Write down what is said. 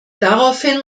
daraufhin